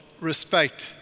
respect